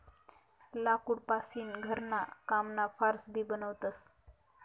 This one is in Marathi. लाकूड पासीन घरणा कामना फार्स भी बनवतस